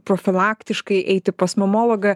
profilaktiškai eiti pas mamologą